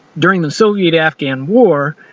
during the soviet-afgan war,